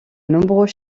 nombreux